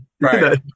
Right